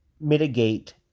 mitigate